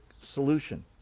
solution